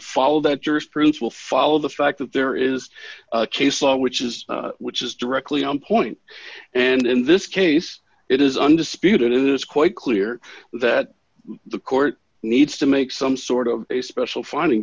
follow that jurisprudence will follow the fact that there is case law which is which is directly on point and in this case it is undisputed it is quite clear that the court needs to make some sort of a special finding